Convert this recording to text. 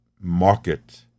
market